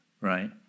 right